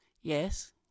Yes